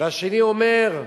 והשני אומר: